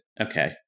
okay